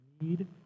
need